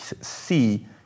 see